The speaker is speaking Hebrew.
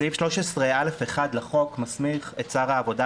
סעיף 13א(1) לחוק מסמיך את שר העבודה,